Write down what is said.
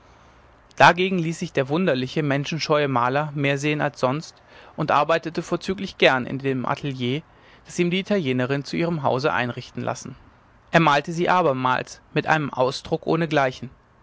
dagegen ließ sich der wunderliche menschenscheue maler mehr sehen als sonst und arbeitete vorzüglich gern in dem atelier das ihm die italienerin in ihrem hause einrichten lassen er malte sie mehrmals mit einem ausdruck